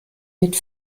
mit